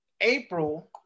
april